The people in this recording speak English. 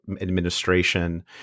administration